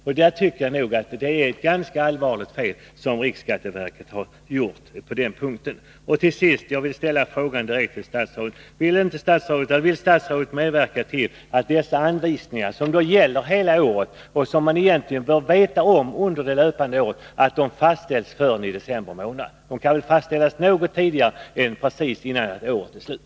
Jag anser att det är ett ganska allvarligt fel som riksskatteverket har gjort på den punkten. Till sist vill jag ställa frågan direkt till statsrådet: Vill statsrådet medverka till att dessa anvisningar som gäller hela året, och som man egentligen bör känna till under det löpande året, inte längre fastställs i december? De kan väl fastställas något tidigare än precis innan året är slut.